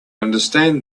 understand